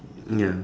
ya